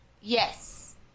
Yes